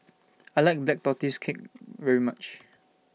I like Black Tortoise Cake very much